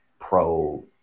pro